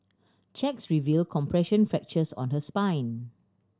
checks revealed compression fractures on her spine